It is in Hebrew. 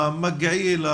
המגעיל,